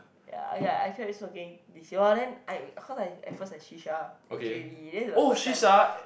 ya okay ah I tried smoking this year !wah! then I cause I at first I shisha at j_b that's the first time